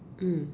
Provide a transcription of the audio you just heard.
mm